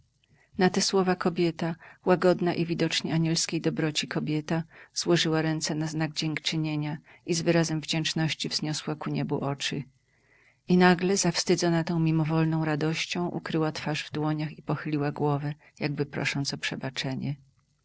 na te słowa kobieta łagodna i widocznie anielskiej dobroci kobieta złożyła ręce na znak dziękczynienia i z wyrazem wdzięczności wzniosła ku niebu oczy i nagle zawstydzona ta mimowolną radością ukryła twarz w dłoniach i pochyliła głowę jakby prosząc o przebaczenie